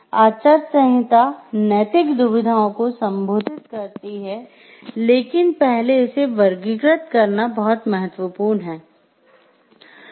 आचार संहिता नैतिक दुविधाओं को संबोधित करती है लेकिन पहले इसे वर्गीकृत करना बहुत महत्वपूर्ण है